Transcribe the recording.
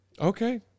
Okay